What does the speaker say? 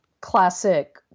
classic